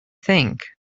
think